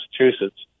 Massachusetts